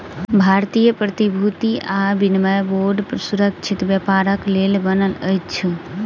भारतीय प्रतिभूति आ विनिमय बोर्ड सुरक्षित व्यापारक लेल बनल अछि